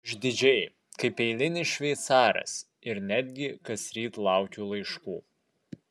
išdidžiai kaip eilinis šveicaras ir netgi kasryt laukiu laiškų